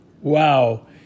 Wow